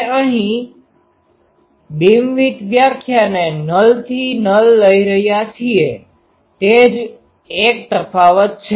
આપણે અહીં બીમવિડ્થ વ્યાખ્યાને નલnullશૂન્યતાથી નલ લઈ રહ્યા છીએ તે જ એક તફાવત છે